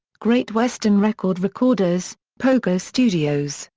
great western record recorders, pogo studios,